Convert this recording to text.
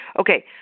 Okay